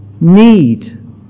Need